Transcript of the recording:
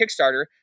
Kickstarter